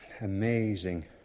amazing